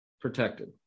protected